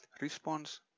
response